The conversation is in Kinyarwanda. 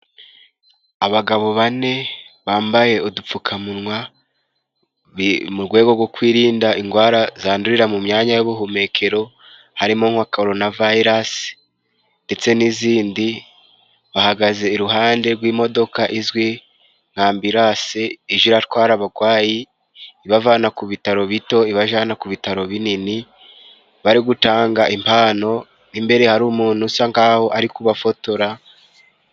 Abagabo bane bambaye udupfukamunwa mu gwego go kwirinda indwara zandurira mu myanya y'ubuhumekero, harimo koronavayirasi ndetse n'izindi, bahagaze iruhande rw'imodoka izwi nka ambiranse itwara abarwayi, ibavana ku bitaro bito ibajana ku bitaro binini, bari gutanga impano, imbere hari umuntu usa nkaho ari kubafotora.